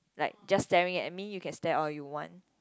like just staring at me you can stare all you want